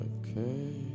Okay